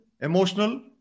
emotional